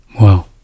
Wow